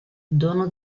dono